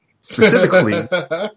Specifically